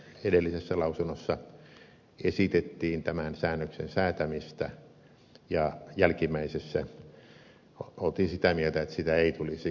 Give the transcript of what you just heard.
edellisessä lausunnossa esitettiin tämän säännöksen säätämistä ja jälkimmäisessä oltiin sitä mieltä että sitä ei tulisi kumota